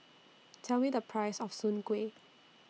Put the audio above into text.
Tell Me The Price of Soon Kway